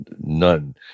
none